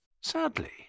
Sadly